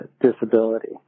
disability